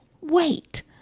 Wait